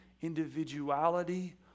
individuality